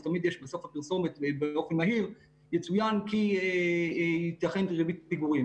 תמיד מופיע בסוף הפרסום: יצוין כי תיתכן ריבית פיגורים.